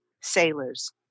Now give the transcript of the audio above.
sailors